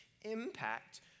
impact